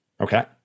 Okay